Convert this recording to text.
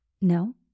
No